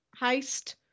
heist